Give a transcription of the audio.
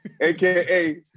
AKA